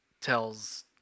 tells